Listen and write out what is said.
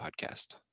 podcast